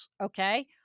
okay